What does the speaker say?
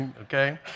okay